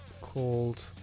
called